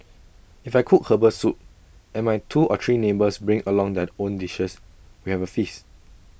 if I cook Herbal Soup and my two or three neighbours bring along their own dishes we have A feast